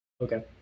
Okay